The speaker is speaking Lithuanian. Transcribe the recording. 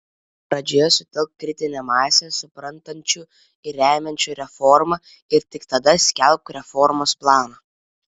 pradžioje sutelk kritinę masę suprantančių ir remiančių reformą ir tik tada skelbk reformos planą